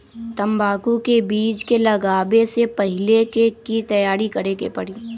तंबाकू के बीज के लगाबे से पहिले के की तैयारी करे के परी?